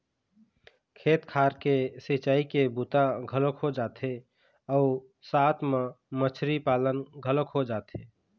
खेत खार के सिंचई के बूता घलोक हो जाथे अउ साथ म मछरी पालन घलोक हो जाथे